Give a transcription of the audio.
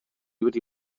wedi